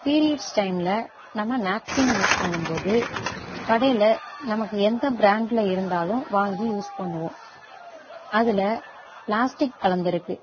periods டைமில் நம்ம napkin use பண்ணும்போது கடையில் நமக்கு எந்த பிராண்டில் இருந்தாலும் வாங்கி யூஸ் பண்ணுவோம் அதில் பிளாஸ்டிக் கலந்திருக்கு